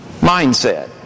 mindset